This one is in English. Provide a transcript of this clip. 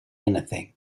anything